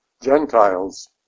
Gentiles